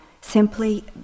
simply